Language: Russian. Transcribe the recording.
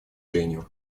женю